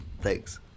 Thanks